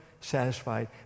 satisfied